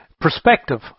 perspective